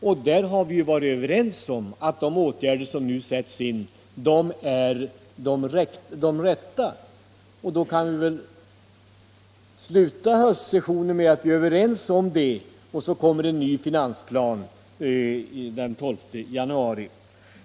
Vi har ju varit överens om att de åtgärder som nu vidtas är de rätta. Då kan vi väl avsluta höstdelen av riksmötet i enighet om detta. Sedan kommer en ny finansplan den 12 januari.